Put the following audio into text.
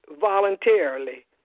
voluntarily